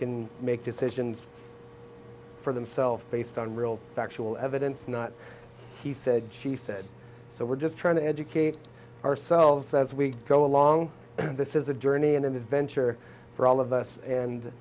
can make decisions for themselves based on real factual evidence not he said she said so we're just trying to educate ourselves as we go along this is a journey and adventure for all of us and